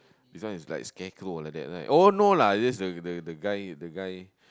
this one is like scarecrow like that right oh no lah this the the guy the guy